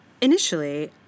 Initially